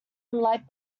light